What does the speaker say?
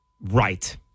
Right